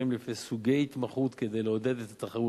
לפי סוגי התמחות כדי לעודד את התחרות.